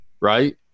Right